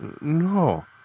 No